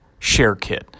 ShareKit